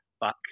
back